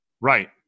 Right